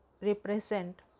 represent